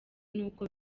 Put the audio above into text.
n’uko